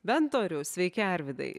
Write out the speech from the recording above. bendorių sveiki arvidai